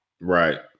Right